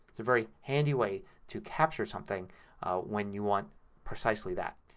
it's a very handy way to capture something when you want precisely that.